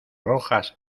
rojas